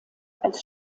als